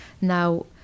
now